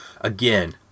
again